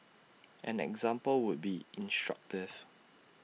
an example would be instructive